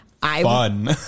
Fun